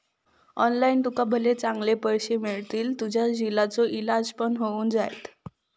online तुका भले चांगले पैशे मिळतील, तुझ्या झिलाचो इलाज पण होऊन जायत